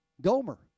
Gomer